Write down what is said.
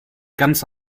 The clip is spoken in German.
ganz